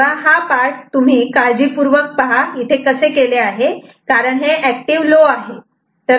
तेव्हा हा पार्ट काळजीपूर्वक पहा इथे कसे केले आहे हे कारण हे एक्टिव लो आहे